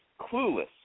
clueless